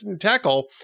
tackle